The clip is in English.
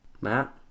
Matt